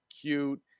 cute